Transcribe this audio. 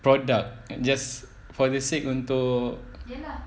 product just for the sake untuk